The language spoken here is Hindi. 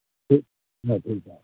ठीक हाँ ठीक है